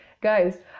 Guys